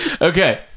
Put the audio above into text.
Okay